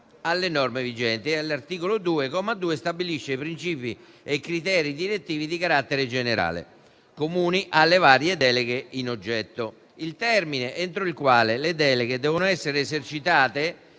alle norme vigenti, e l'articolo 2, comma 2, stabilisce i principi e i criteri direttivi di carattere generale, comuni alle varie deleghe in oggetto. Il termine entro il quale le deleghe devono essere esercitate